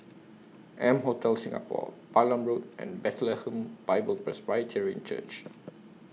M Hotel Singapore Balam Road and Bethlehem Bible Presbyterian Church